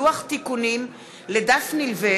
לוח תיקונים לדף נלווה